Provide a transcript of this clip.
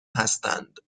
هستند